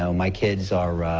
so my kids are